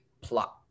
plot